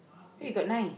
eight